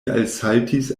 alsaltis